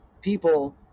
people